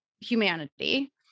humanity